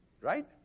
right